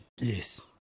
yes